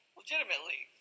legitimately